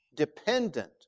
dependent